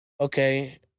okay